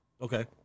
Okay